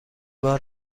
بار